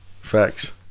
Facts